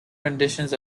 renditions